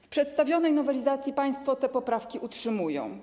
W przedstawionej nowelizacji państwo te poprawki utrzymują.